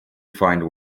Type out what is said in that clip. find